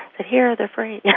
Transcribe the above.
and here. they're free. yeah